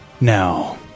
Now